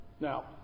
Now